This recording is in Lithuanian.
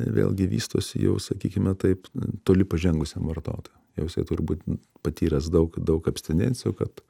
vėlgi vystosi jau sakykime taip toli pažengusiam vartotojui jau jisai turi būt patyręs daug daug abstinencijų kad